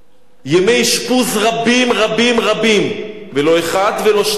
ימי אשפוז רבים רבים רבים ולא אחד ולא שניים.